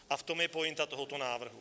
A v tom je pointa tohoto návrhu.